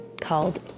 called